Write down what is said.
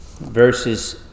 Verses